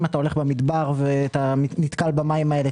אם אתה הולך במדבר ונתקל במים האלה,